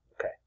Okay